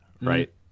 right